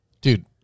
Dude